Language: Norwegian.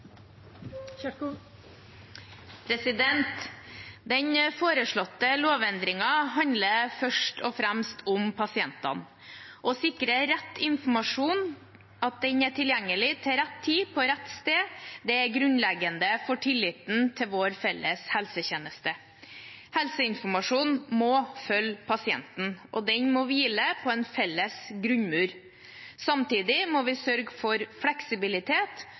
tilgjengelig til rett tid og på rett sted, er grunnleggende for tilliten til vår felles helsetjeneste. Helseinformasjonen må følge pasienten, og den må hvile på en felles grunnmur. Samtidig må vi sørge for fleksibilitet